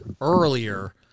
earlier